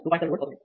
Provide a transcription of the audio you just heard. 7 V అవుతుంది